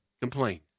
complain